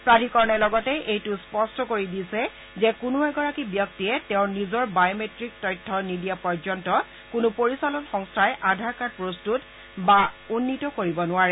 প্ৰাধিকৰণে লগতে এইটোও স্পষ্ট কৰি দিছে যে কোনো এগৰাকী ব্যক্তিয়ে তেওঁৰ নিজৰ বায় মেট্টিক তথ্য নিদিয়া পৰ্যন্ত কোনো পৰিচালন সংস্বাই আধাৰ কাৰ্ড প্ৰস্তত্তত বা উন্নীত কৰিব নোৱাৰে